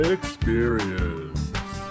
Experience